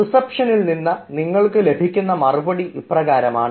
റിസപ്ഷനിൽ നിന്ന് നിങ്ങൾക്ക് ലഭിക്കുന്ന മറുപടി ഇപ്രകാരമാണ്